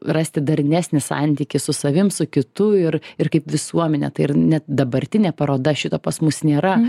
rasti darnesnį santykį su savim su kitu ir ir kaip visuomenė tai ir net dabartinė paroda šito pas mus nėra